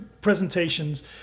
presentations